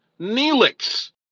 Neelix